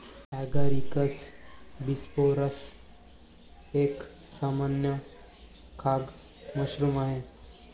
Agaricus bisporus एक सामान्य खाद्य मशरूम आहे